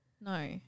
no